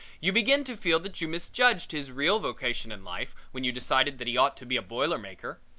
you begin to feel that you misjudged his real vocation in life when you decided that he ought to be a boiler maker.